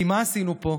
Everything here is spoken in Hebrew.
כי מה עשינו פה?